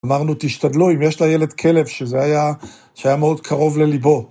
אמרנו, תשתדלו, אם יש לילד כלב, שזה היה מאוד קרוב לליבו.